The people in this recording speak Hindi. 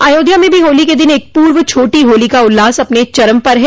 अयोध्या में भी होली के एक दिन पूर्व छोटी होली का उल्लास अपने चरम पर है